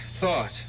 thought